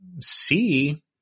see